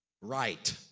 right